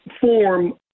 form